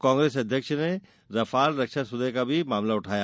कांग्रेस अध्यक्ष ने रफाल रक्षा सौदे का भी मामला उठाया